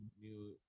new